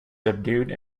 subdued